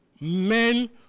Men